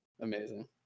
amazing